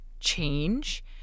Change